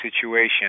situation